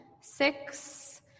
six